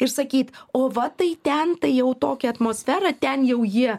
ir sakyt o va tai ten tai jau tokia atmosfera ten jau jie